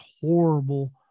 horrible